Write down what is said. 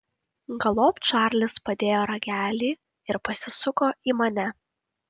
galop čarlis padėjo ragelį ir pasisuko į mane